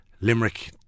Limerick